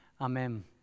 amen